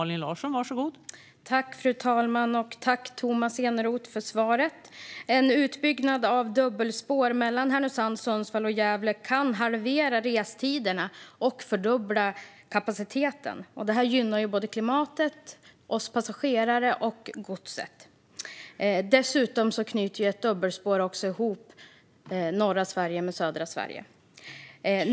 Fru talman! Tack, Tomas Eneroth, för svaret! En utbyggnad av dubbelspår mellan Härnösand, Sundsvall och Gävle kan halvera restiderna och fördubbla kapaciteten. Detta gynnar såväl klimatet som passagerare och gods. Dessutom knyter ett dubbelspår ihop norra Sverige med södra Sverige.